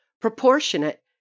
proportionate